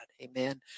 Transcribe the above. Amen